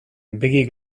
begi